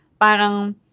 parang